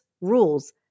rules